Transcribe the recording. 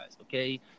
Okay